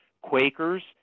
Quakers